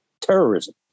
terrorism